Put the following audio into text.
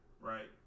right